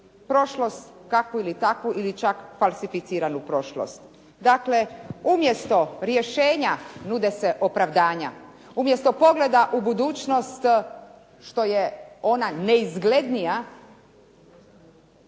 prošlost takvu ili takvu ili čak falsificiranu prošlost. Dakle, umjesto rješenja nude se opravdanja, umjesto pogleda u budućnost što je ona neizglednija